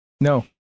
no